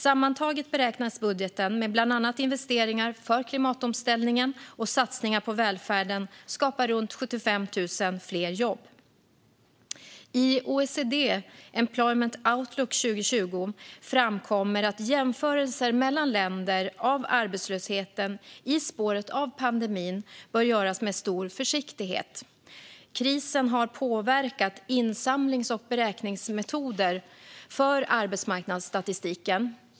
Sammantaget beräknas budgeten, med bland annat investeringar för klimatomställningen och satsningar på välfärden, skapa runt 75 000 fler jobb. I OECD Employment Outlook 2020 framkommer att jämförelser mellan länder av arbetslösheten i spåret av pandemin bör göras med stor försiktighet. Krisen har påverkat insamlings och beräkningsmetoder för arbetsmarknadsstatistiken.